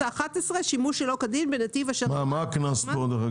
ה-11: שימוש שלא כדין בנתיב אשר --- מה הקנס פה?